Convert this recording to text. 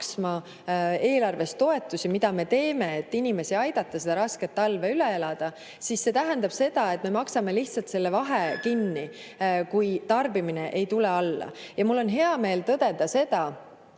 eelarvest toetusi, mida me teeme, et aidata inimestel see raske talv üle elada, siis see tähendab seda, et me maksame lihtsalt selle vahe kinni, kui tarbimine ei tule alla. Mul on hea meel tõdeda,